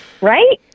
right